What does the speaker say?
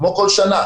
כמו כל שנה,